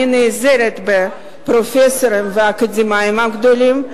אני נעזרת בפרופסורים ואקדמאים גדולים,